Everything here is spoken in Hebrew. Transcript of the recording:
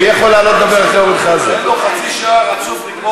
נגמר הזמן.